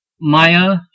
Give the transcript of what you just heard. Maya